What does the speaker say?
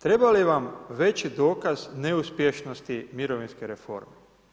Treba li vam veći dokaz neuspješnosti mirovinske reforme?